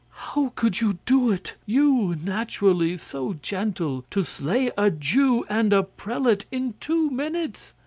how could you do it? you, naturally so gentle, to slay a jew and a prelate in two minutes!